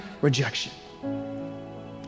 rejection